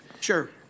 Sure